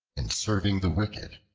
in serving the wicked,